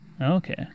Okay